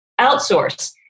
outsource